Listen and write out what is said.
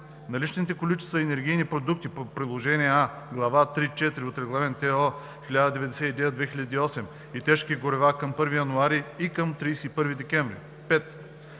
наличните количества енергийни продукти по приложение А, глава 3.4 от Регламент (ЕО) № 1099/2008 и тежки горива към 1 януари и към 31 декември;